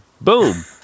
Boom